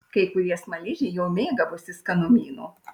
kai kurie smaližiai jau mėgavosi skanumynu